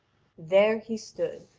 there he stood,